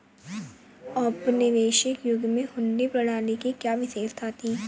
औपनिवेशिक युग में हुंडी प्रणाली की क्या विशेषता थी?